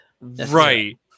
Right